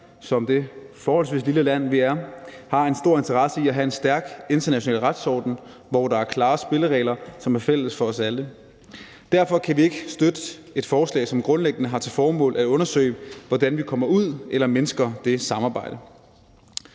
som det forholdsvis lille land, vi er, har en stor interesse i at have en stærk international retsorden, hvor der er klare spilleregler, som er fælles for os alle. Derfor kan vi ikke støtte et forslag, som grundlæggende har til formål at undersøge, hvordan vi kommer ud af eller mindsker det samarbejde.